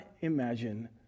imagine